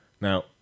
now